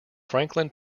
franklin